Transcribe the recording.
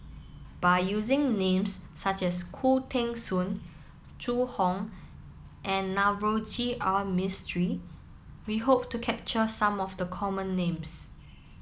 by using names such as Khoo Teng Soon Zhu Hong and Navroji R Mistri we hope to capture some of the common names